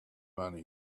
money